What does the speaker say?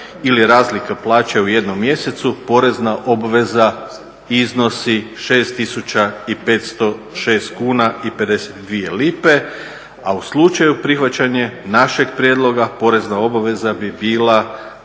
ili razlike plaća u jednom mjesecu, porezna obveza iznosi 6.506 kuna i 52 lipe, a u slučaju prihvaćanja našeg prijedloga porezna obaveza bi bila